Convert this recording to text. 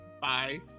Bye